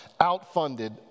outfunded